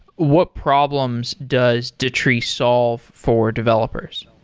what problems does datree solve for developers?